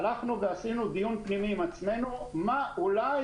הלכנו ועשינו דיון פנימי עם עצמנו מה אולי